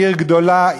עיר גדולה,